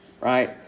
right